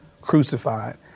crucified